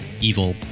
evil